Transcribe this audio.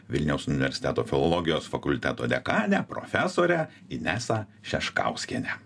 vilniaus universiteto filologijos fakulteto dekanę profesorę inesą šeškauskienę